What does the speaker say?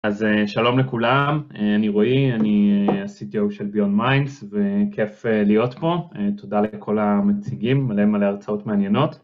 אז שלום לכולם, אני רועי, אני ה-CTO של ביונד מיינדס וכיף להיות פה, תודה לכל המציגים, מלא מלא הרצאות מעניינות.